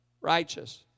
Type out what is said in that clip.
righteous